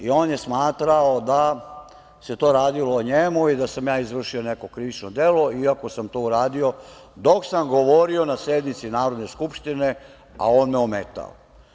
On je smatrao da se to radilo o njemu i da sam ja izvršio neko krivično delo, iako sam to uradio dok sam govorio na sednici Narodne skupštine, a on me ometao.